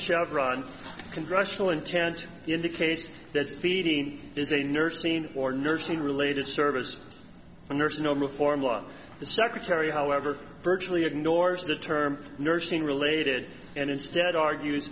chevrons congressional intent indicates that speeding is a nurse seen or nursing related services and there's no reform law the secretary however virtually ignores the term nursing related and instead argue